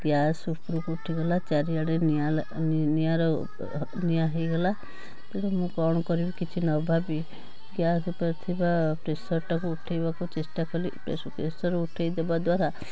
gas ଉପୁରୁକୁ ଉଠିଗଲା ଚାରିଆଡ଼େ ନିଆଁ ଲା ନିଆଁର ନିଆଁ ହେଇଗଲା ତେଣୁ ମୁଁ କ'ଣ କରିବି କିଛି ନ ଭାବି ଗ୍ୟାସ ଉପରେ ଥିବା ପ୍ରେସରଟାକୁ ଉଠାଇବାକୁ ଚେଷ୍ଟା କଲି ପ୍ରେସର ପ୍ରେସର ଉଠାଇଦବା ଦ୍ଵାରା